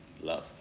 love